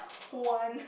one